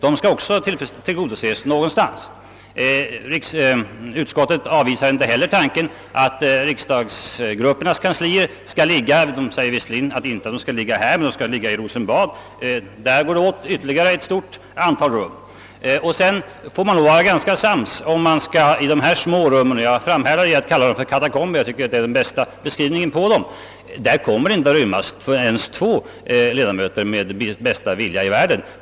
De skall också tillgodoses någonstans. Riksdagsgruppernas kanslier skall enligt utskottet visserligen inte få rum här utan i Rosenbad, men där går det åt ytterligare ett stort antal rum. Sedan vill jag säga att i de små rummen kommer det inte att rymmas två ledamöter med den bästa vilja i världen.